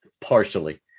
partially